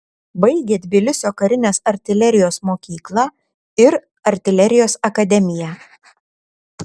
baigė tbilisio karinės artilerijos mokyklą ir artilerijos akademiją